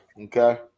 okay